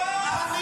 אתה משאיר את חמאס.